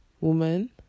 woman